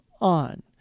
on